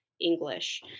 English